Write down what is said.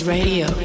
Radio